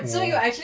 mm